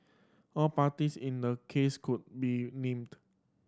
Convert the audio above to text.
all parties in the case could be named